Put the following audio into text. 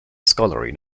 scholarly